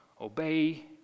Obey